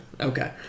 Okay